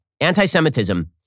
anti-Semitism